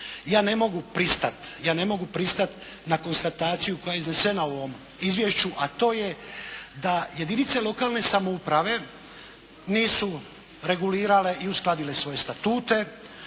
ja ne mogu pristati na konstataciju koja je iznesena u ovom Izvješću a to je da jedinice lokalne samouprave nisu regulirale i uskladile svoje statute.